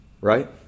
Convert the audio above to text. Right